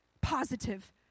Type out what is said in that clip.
positive